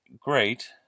great